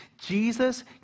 Jesus